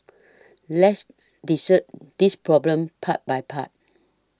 let's dissect this problem part by part